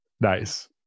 nice